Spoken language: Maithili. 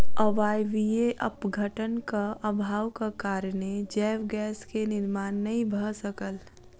अवायवीय अपघटनक अभावक कारणेँ जैव गैस के निर्माण नै भअ सकल